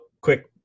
quick